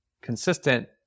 consistent